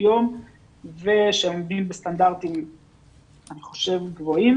יום ושעומדים בסטנדרטים אני חושב גבוהים